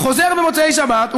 חוזר במוצאי שבת,